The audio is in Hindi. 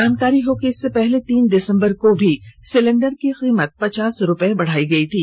जानकारी हो कि इससे पहले तीन दिसंबर को भी सिलिण्डर की कीमत पचास रूपये बढ़ाई गई थी